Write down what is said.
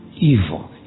evil